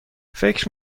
فکر